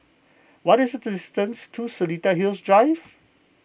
what is the distance to Seletar Hills Drive